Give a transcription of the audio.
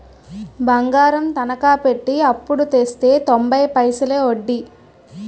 బంగారం తనకా పెట్టి అప్పుడు తెస్తే తొంబై పైసలే ఒడ్డీ